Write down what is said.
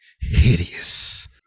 hideous